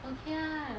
okay lah